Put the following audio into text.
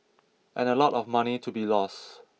and a lot of money to be lost